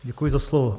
Děkuji za slovo.